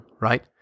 right